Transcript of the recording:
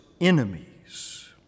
enemies